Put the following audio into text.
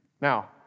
Now